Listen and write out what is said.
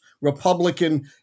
Republican